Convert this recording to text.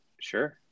Sure